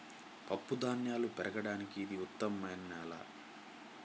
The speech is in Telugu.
పప్పుధాన్యాలు పెరగడానికి ఇది ఉత్తమమైన నేల